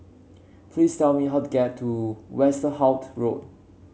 please tell me how to get to Westerhout Road